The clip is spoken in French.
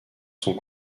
sont